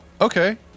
Okay